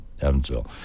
Evansville